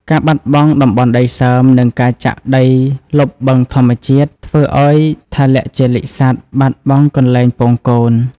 ការបាត់បង់តំបន់ដីសើម និងការចាក់ដីលុបបឹងធម្មជាតិ ធ្វើឱ្យថលជលិកសត្វបាត់បង់កន្លែងពងកូន។